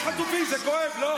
יש חטופים, זה כואב, לא?